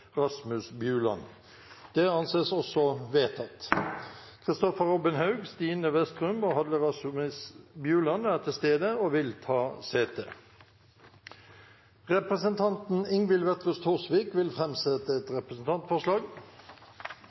Kristoffer Robin Haug, Stine Westrum og Hadle Rasmus Bjuland er til stede og vil ta sete. Representanten Ingvild Wetrhus Thorsvik vil framsette et representantforslag.